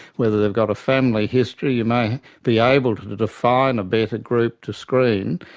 whether they've got a family history. you may be able to to define a better group to screen,